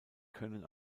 können